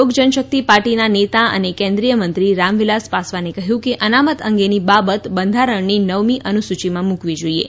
લોકજનશક્તિ પાર્ટીના નેતા અને કેન્દ્રિય મંત્રી રામવિલાસ પાસવાને કહ્યું કે અનામત અંગેની બાબત બંધારણની નવમી અનુસૂચિમાં મૂકવી જોઇએ